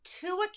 two